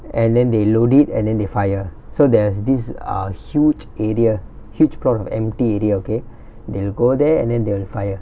and then they load it and then they fire so there's this uh huge area huge plot of empty area okay they will go there and then they'll fire